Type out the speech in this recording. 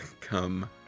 come